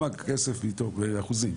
בסוף באחוזים,